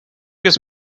his